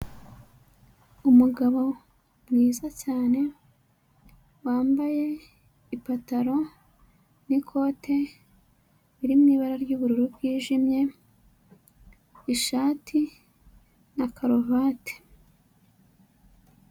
Umugabo mwiza cyane, wambaye ipantaro n'ikote biri mu ibara ry'ubururu bwijimye, ishati na karuvati.